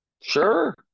Sure